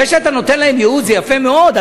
זה שאתה נותן להם ייעוץ זה יפה מאוד,